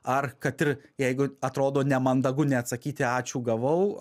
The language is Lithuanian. ar kad ir jeigu atrodo nemandagu neatsakyti ačiū gavau